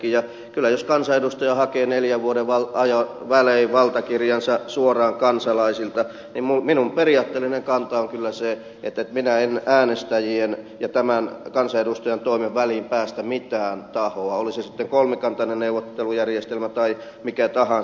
ja jos kansanedustaja hakee neljän vuoden välein valtakirjansa suoraan kansalaisilta minun periaatteellinen kantani on kyllä se että minä en äänestäjien ja tämän kansanedustajan toimen väliin päästä mitään tahoa oli se sitten kolmikantainen neuvottelujärjestelmä tai mikä tahansa